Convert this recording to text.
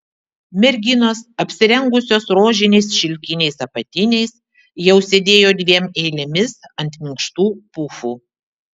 merginos apsirengusios rožiniais šilkiniais apatiniais jau sėdėjo dviem eilėmis ant minkštų pufų